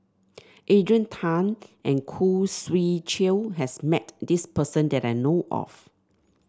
Adrian Tan and Khoo Swee Chiow has met this person that I know of